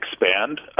expand